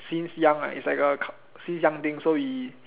since young ah it's like a since young thing so we